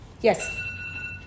Yes